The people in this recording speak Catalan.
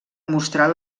mostrar